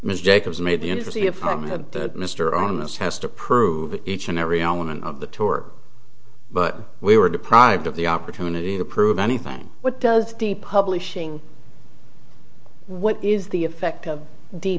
ms jacobs made the university of home had mr onus has to prove it each and every element of the tour but we were deprived of the opportunity to prove anything what does the publishing what is the effect of the